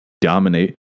dominate